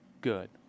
good